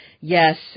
yes